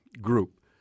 group